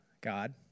God